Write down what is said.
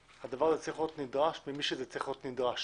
הדבר הזה צריך להיות נדרש ממי שהוא צריך להיות נדרש.